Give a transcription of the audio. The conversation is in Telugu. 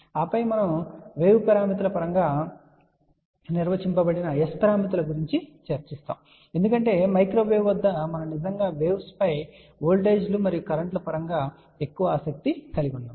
ఆపై మనం వేవ్ పారామితుల పరంగా నిర్వచించబడిన S పారామితుల గురించి చర్చిస్తాము ఎందుకంటే మైక్రోవేవ్ వద్ద మనం నిజంగా వేవ్స్ పై ఓల్టేజ్ లు మరియు కరెంట్ లు పరంగా ఎక్కువ ఆసక్తి కలిగి ఉన్నాము